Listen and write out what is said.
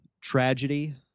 tragedy